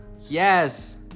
Yes